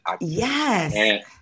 Yes